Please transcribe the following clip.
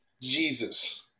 Jesus